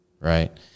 right